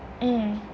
mm